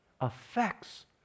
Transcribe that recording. affects